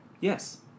Yes